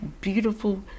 beautiful